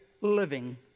living